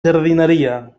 jardineria